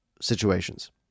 situations